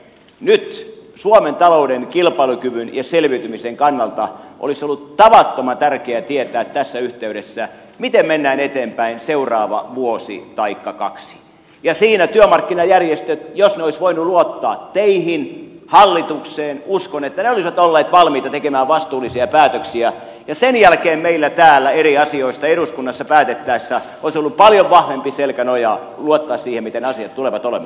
nyt suomen talouden kilpailukyvyn ja selviytymisen kannalta olisi ollut tavattoman tärkeää tietää tässä yhteydessä miten mennään eteenpäin seuraava vuosi taikka kaksi ja uskon että siinä työmarkkinajärjestöt jos ne olisivat voineet luottaa teihin hallitukseen olisivat olleet valmiita tekemään vastuullisia päätöksiä ja sen jälkeen meillä täällä eri asioista eduskunnassa päätettäessä olisi ollut paljon vahvempi selkänoja luottaa siihen miten asiat tulevat olemaan